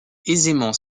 aisément